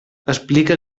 explica